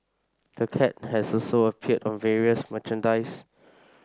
the cat has also appeared on various merchandise